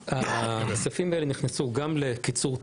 הכספים האלה נכנסו גם לקיצור תורים,